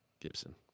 Gibson